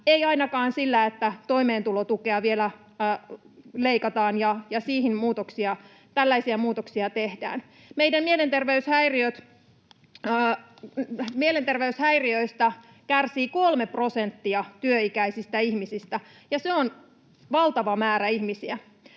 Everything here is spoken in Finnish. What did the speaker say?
Ei ainakaan sillä, että toimeentulotukea vielä leikataan ja siihen tällaisia muutoksia tehdään. Meillä mielenterveyshäiriöistä kärsii kolme prosenttia työikäisistä ihmisistä, ja se on valtava määrä ihmisiä.